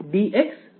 dxdr